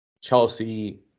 Chelsea